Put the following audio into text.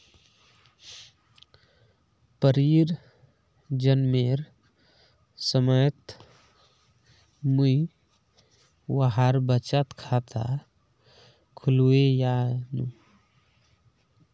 परीर जन्मेर समयत मुई वहार बचत खाता खुलवैयानु